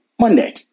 Monday